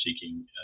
seeking